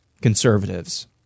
conservatives